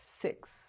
six